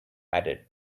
added